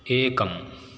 एकम्